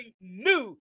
new